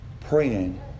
Praying